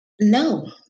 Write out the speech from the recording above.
No